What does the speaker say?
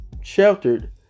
sheltered